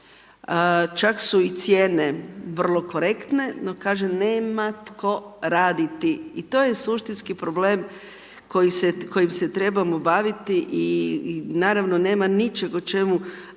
čak su i cijene vrlo korektne, no kaže nema tko raditi, i to je suštinski problem koji se, kojim se trebamo baviti i naravno, nema ničeg o čemu govorim